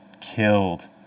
killed